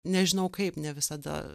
nežinau kaip ne visada